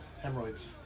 hemorrhoids